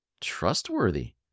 trustworthy